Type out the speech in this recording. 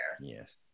Yes